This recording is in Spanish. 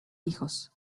hijos